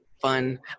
fun